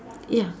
ya